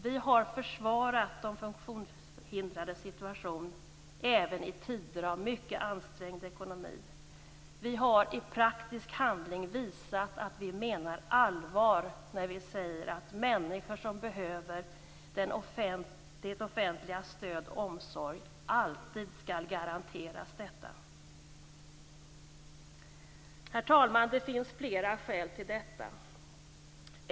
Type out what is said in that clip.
Vi har försvarat de funktionshindrades situation även i tider av mycket ansträngd ekonomi. Vi har i praktisk handling menat att vi menar allvar när vi säger att människor som behöver det offentligas stöd och omsorg alltid skall garanteras detta. Herr talman! Det finns flera skäl till detta.